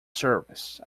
service